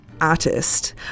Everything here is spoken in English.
Artist